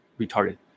retarded